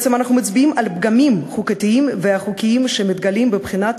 ובעצם אנחנו מצביעים על פגמים חוקתיים וחוקיים שמתגלים בבחינת